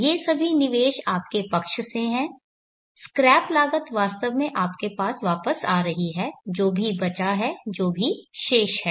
ये सभी निवेश आपके पक्ष से हैं स्क्रैप लागत वास्तव में आपके पास वापस आ रही है जो भी बचा है जो भी शेष है